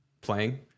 playing